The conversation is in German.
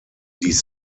dies